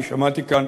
אני שמעתי כאן